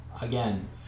again